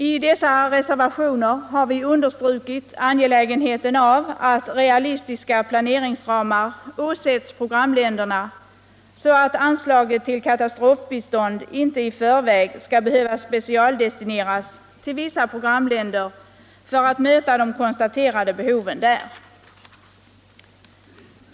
I dessa reservationer har vi understrukit angelägenheten av att realistiska planeringsramar åsätts programländerna, så att anslaget till katastrofbistånd inte i förväg skall behöva specialdestineras till vissa programländer för att möta de konstaterade behoven där.